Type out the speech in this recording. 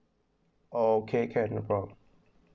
orh okay can no problem